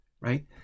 right